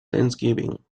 thanksgiving